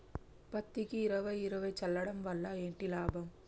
పత్తికి ఇరవై ఇరవై చల్లడం వల్ల ఏంటి లాభం?